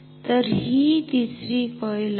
तर हि तिसरी कॉईल आहे